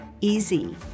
easy